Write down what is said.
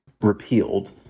repealed